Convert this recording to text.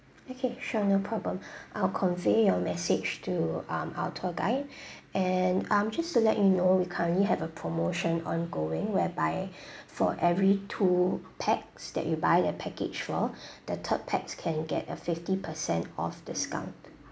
okay sure no problem I'll convey your message to um our tour guide and um just to let you know we currently have a promotion ongoing whereby for every two pax that you buy a package for the third pax can get a fifty percent off discount